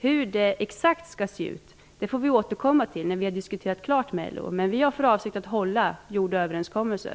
Hur det exakt skall se ut får vi återkomma till när vi har diskuterat klart med LO, men vi har för avsikt att hålla gjorda överenskommelser.